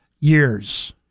years